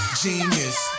genius